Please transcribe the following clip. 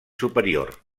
superior